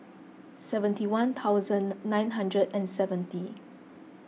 seventy one thousand nine hundred and seventy